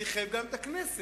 זה יחייב גם את הכנסת,